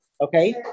Okay